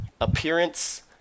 appearance